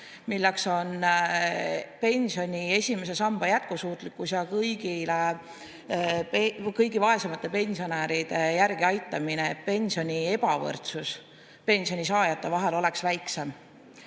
see on pensioni esimese samba jätkusuutlikkus ja kõige vaesemate pensionäride järeleaitamine, et ebavõrdsus pensionisaajate vahel oleks väiksem.